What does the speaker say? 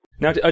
Now